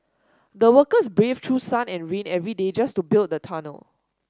the workers braved through sun and rain every day just to build the tunnel